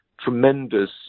tremendous